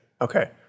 okay